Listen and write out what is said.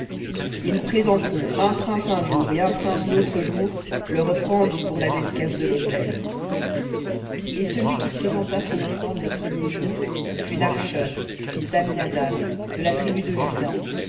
ils présenteront un prince un jour et un prince l'autre jour leur offrande pour la dédicace de lautel et celui qui présenta son offrande le premier jour fut nakhshon fils d'amminadab de la tribu de juda